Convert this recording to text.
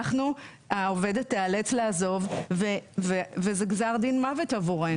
העובדת תיאלץ לעזוב וזה גזר דין מוות עבורנו.